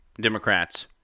Democrats